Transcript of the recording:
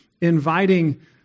inviting